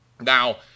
Now